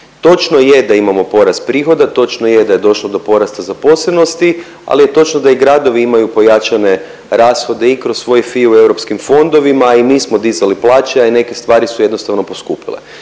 Točno je da imamo porast prihoda, točno je da je došlo do porasta zaposlenosti, ali je točno da i gradovi imaju pojačane rashode i kroz svoje …/Govornik se ne razumije./… u europskim fondovima i mi smo dizali plaće, a i neke stvari su jednostavno poskupile.